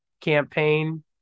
campaign